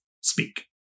speak